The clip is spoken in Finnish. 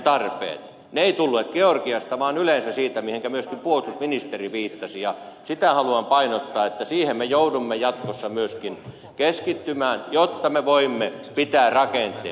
ne eivät tulleet georgiasta vaan yleensä siitä mihinkä myöskin puolustusministeri viittasi ja sitä haluan painottaa että siihen me joudumme jatkossa myöskin keskittymään jotta me voimme pitää rakenteet